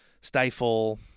Stifle